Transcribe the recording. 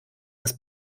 das